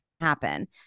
happen